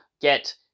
get